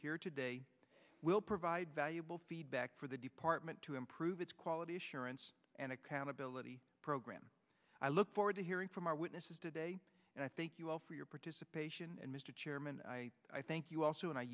hear today will provide valuable feedback for the department to improve its quality assurance and accountability program i look forward to hearing from our witnesses today and i thank you all for your participation and mr chairman i thank you also and i